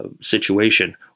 situation